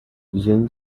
then